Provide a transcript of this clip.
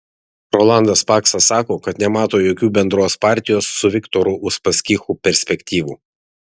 rolandas paksas sako kad nemato jokių bendros partijos su viktoru uspaskichu perspektyvų